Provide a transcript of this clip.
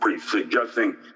suggesting